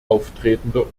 auftretender